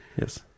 Yes